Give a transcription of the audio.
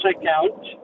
account